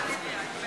אני בעד שהולכים לאט